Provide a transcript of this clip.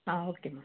ஆ ஓகேம்மா